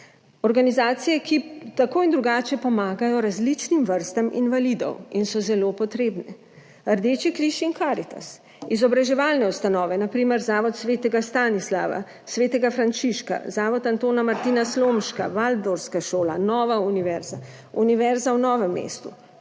Organizacije, ki tako in drugače pomagajo različnim vrstam invalidov in so zelo potrebne, Rdeči križ in Karitas, izobraževalne ustanove, na primer Zavod svetega Stanislava, svetega Frančiška, Zavod Antona Martina Slomška, Valdorfska šola, Nova univerza, Univerza v Novem mestu,